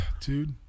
Dude